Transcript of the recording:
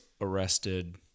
arrested